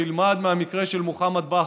שילמד מהמקרה של מוחמד בכרי.